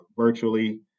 virtually